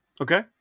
Okay